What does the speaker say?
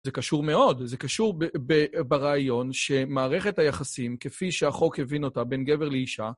זה קשור מאוד, זה קשור ברעיון שמערכת היחסים, כפי שהחוק הבין אותה בין גבר לאישה...